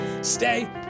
stay